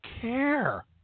care